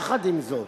יחד עם זאת,